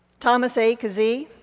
thomas a. kazee,